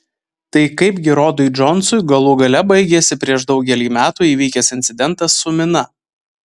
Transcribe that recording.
tai kaipgi rodui džonsui galų gale baigėsi prieš daugelį metų įvykęs incidentas su mina